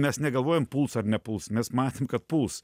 mes negalvojom puls ar nepuls mes matėm kad puls